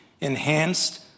Enhanced